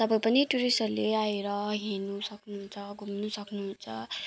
तब पनि टुरिस्टहरूले आएर हेर्नु सक्नुहुन्छ घुम्नु सक्नुहुन्छ